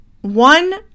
one